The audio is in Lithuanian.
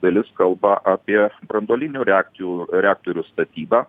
dalis kalba apie branduolinių reakcijų reaktorių statybą